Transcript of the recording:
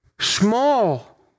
small